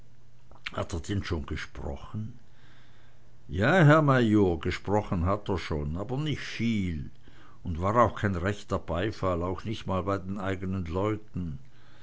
hat er denn schon gesprochen ja herr major gesprochen hat er schon aber nich viel un war auch kein rechter beifall auch nich mal bei seinen eignen leuten